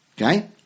Okay